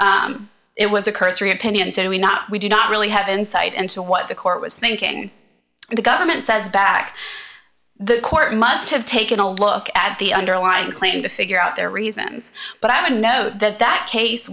it was a cursory opinion so we not we did not really have insight into what the court was thinking and the government says back the court must have taken a look at the underlying claim to figure out their reasons but i don't know that that case